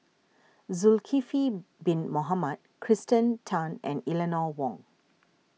Zulkifli Bin Mohamed Kirsten Tan and Eleanor Wong